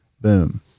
boom